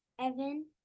Evan